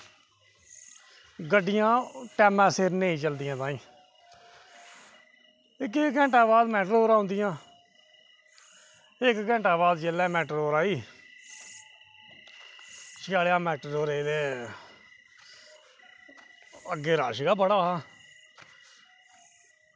गड्डियां टैमें दे सिर नेईं चलदियां ताहीं इक्क इक्क घैंटे दे बाद मैटाडोरां आंदियां इक्क घैंटे दे बाद जेल्लै मैटाडोर आई ते चढ़ेआ मैटाडोरै च अग्गें रश गै बड़ा हा